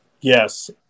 Yes